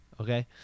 Okay